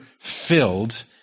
filled